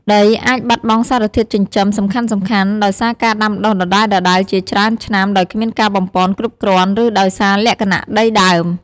ដីអាចបាត់បង់សារធាតុចិញ្ចឹមសំខាន់ៗដោយសារការដាំដុះដដែលៗជាច្រើនឆ្នាំដោយគ្មានការបំប៉នគ្រប់គ្រាន់ ឬដោយសារលក្ខណៈដីដើម។